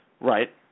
Right